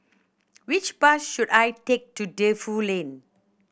which bus should I take to Defu Lane